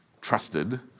trusted